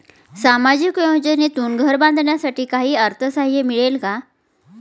सामाजिक योजनेतून घर बांधण्यासाठी काही अर्थसहाय्य मिळेल का?